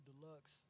deluxe